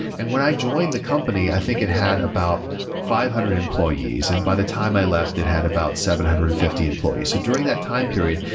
and when i joined the company, i think it had about five hundred employees. and by the time i left, it had about seven hundred and fifty employees. so during that time period,